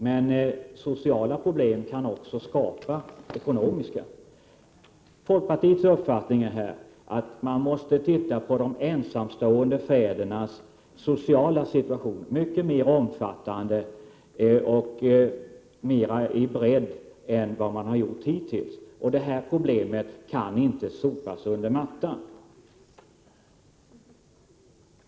Men sociala problem kan också skapa ekonomiska problem. Folkpartiets uppfattning är att man måste göra en mycket mer omfattande utredning av de ensamstående fädernas sociala situation än vad som hittills har gjorts. Detta problem kan inte sopas under mattan.